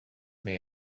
may